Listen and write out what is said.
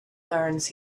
learns